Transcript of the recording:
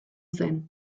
zen